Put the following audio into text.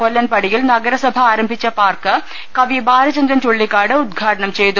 കൊല്ലൻ പടിയിൽ നഗരസഭ ആരംഭിച്ച പാർക്ക് കവി ബാലചന്ദ്രൻ ചുള്ളിക്കാട് ഉദ്ഘാടനം ചെയ്തു